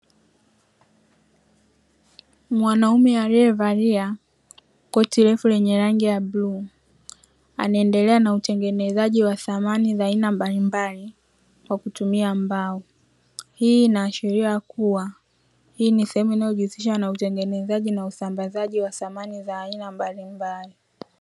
Mwanaume aliyevalia koti refu lenye rangi ya buluu anaendelea na utengenezaji wa samani mbalimbali kwa kutumia mbao, hii inaashiria kuwa hii ni sehemu inayojihusisha na utengenezaji na usambazaji wa samani za aina mbalimbali.